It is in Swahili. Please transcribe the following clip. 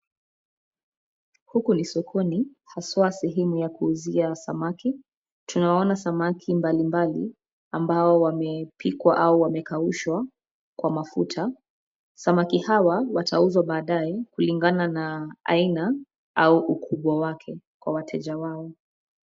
Huku ni sokoni haswa sehemu ya kuuzia samaki. Tunaona samaki mbalimbali ambao wamepikwa au wamekaushwa kwa mafuta. Samaki hawa watauzwa baadaye kulingana na aina au ukubwa wake kwa wateja wao.